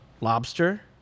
lobster